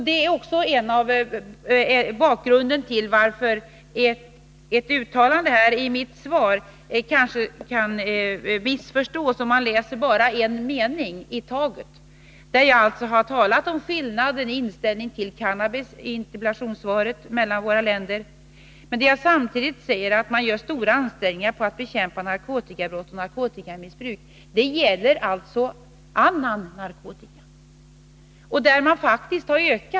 Detta är också bakgrunden till att ett uttalande i mitt svar kanske kan missförstås, om man läser bara en mening i taget. Jag har i interpellationssvaret talat om skillnader i inställningen till cannabis i våra länder, men jag säger samtidigt att man gör stora ansträngningar för att bekämpa narkotikabrott och narkotikamissbruk. Det är alltså en annan narkotika som åsyftas.